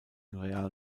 real